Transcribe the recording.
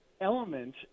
element